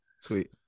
Sweet